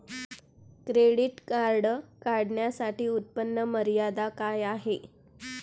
Credit card काढण्यासाठी उत्पन्न मर्यादा काय आहे?